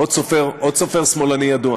עוד סופר שמאלני ידוע.